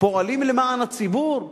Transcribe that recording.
פועלים למען הציבור?